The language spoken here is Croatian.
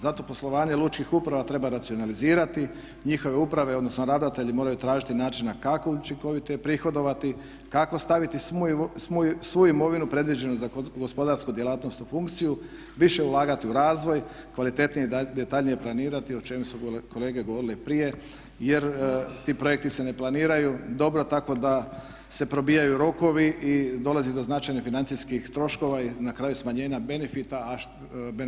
Zato poslovanje lučkih uprava treba racionalizirati njihove uprave, odnosno ravnatelji moraju tražiti način kako učinkovito prihodovati, kako staviti svu imovinu predviđenu za gospodarsku djelatnost u funkciju, više ulagati u razvoj, kvalitetnije i detaljnije planirati o čemu su kolege govorile i prije jer ti projekti se ne planiraju dobro tako da se probijaju rokovi i dolazi do značajnih financijskih troškova i na kraju smanjenja benefita.